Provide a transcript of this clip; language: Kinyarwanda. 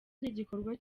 n’igikorwa